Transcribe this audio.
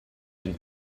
and